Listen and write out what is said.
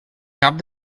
cap